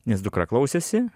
nes dukra klausėsi